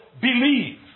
believe